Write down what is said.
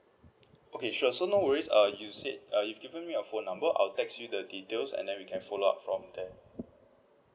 okay sure so no worries uh you said uh you've given me your phone number I'll text you the details and then we can follow up from there